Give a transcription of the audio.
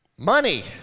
money